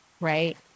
right